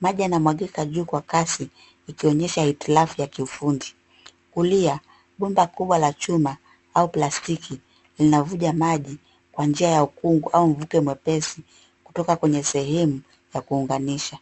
.Maji juu kwa kasi yakionyesha hitilafu ya kiufundi. Kulia bomba kubwa la chuma au plastiki linavuja maji kwa njia ya ukungu ama mvuke mwepesi kutoka kwenye sehemu ya kuunganisha.